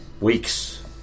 weeks